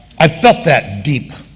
i felt that deep,